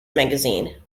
magazine